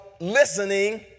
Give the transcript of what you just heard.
listening